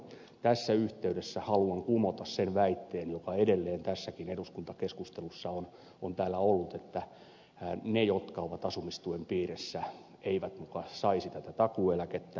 tässä yhteydessä haluan kumota sen väitteen joka edelleen tässäkin eduskuntakeskustelussa on täällä ollut että ne jotka ovat asumistuen piirissä eivät muka saisi tätä takuueläkettä